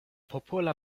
popola